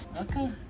Okay